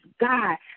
God